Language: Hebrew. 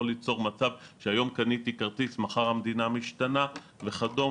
ליצור מצב שהיום קניתי כרטיס מחר המדינה משתנה וכדומה.